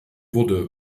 wurde